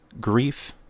grief